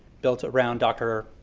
built around dr.